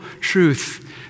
truth